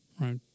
right